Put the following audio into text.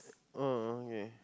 oh okay